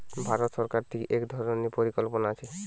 ভারত সরকার থিকে এক ধরণের পরিকল্পনা আছে